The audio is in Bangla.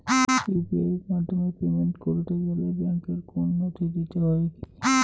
ইউ.পি.আই এর মাধ্যমে পেমেন্ট করতে গেলে ব্যাংকের কোন নথি দিতে হয় কি?